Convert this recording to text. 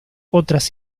otras